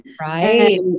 Right